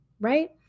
right